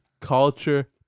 culture